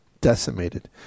decimated